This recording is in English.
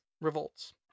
revolts